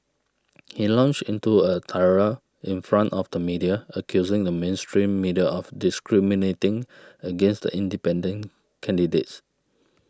he launched into a tirade in front of the media accusing the mainstream media of discriminating against independent candidates